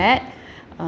uh